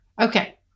Okay